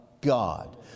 God